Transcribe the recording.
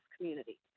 community